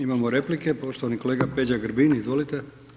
Imamo replike, poštovani kolega Peđa Grbin, izvolite.